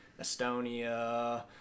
Estonia